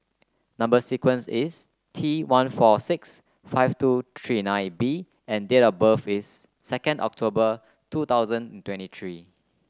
number sequence is T one four six five two three nine B and date of birth is second October two thousand twenty three